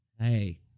Hey